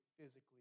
physically